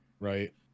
Right